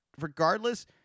regardless